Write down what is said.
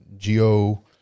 Geo